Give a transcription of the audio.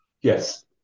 Yes